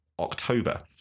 October